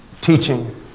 teaching